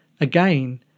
Again